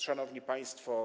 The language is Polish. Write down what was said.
Szanowni Państwo!